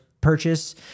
purchase